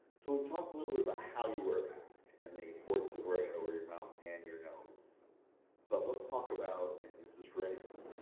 so we've talked a little bit about how you wear masks and the importance of wearing and over your mouth and your nose but let's talk about and this is for anyone